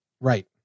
Right